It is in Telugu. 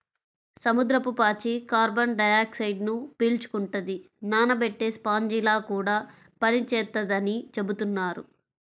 సముద్రపు పాచి కార్బన్ డయాక్సైడ్ను పీల్చుకుంటది, నానబెట్టే స్పాంజిలా కూడా పనిచేత్తదని చెబుతున్నారు